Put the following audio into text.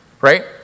Right